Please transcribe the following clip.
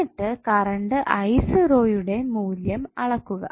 എന്നിട്ട് കറണ്ട് യുടെ മൂല്യം അളക്കുക